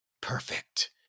perfect